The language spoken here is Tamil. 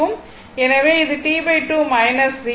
எனவே இது T2 மைனஸ் 0